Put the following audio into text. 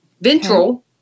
Ventral